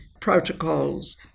protocols